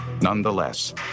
Nonetheless